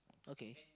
okay